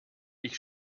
ich